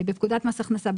בפקודת מס הכנסה,